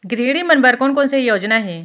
गृहिणी मन बर कोन कोन से योजना हे?